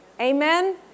Amen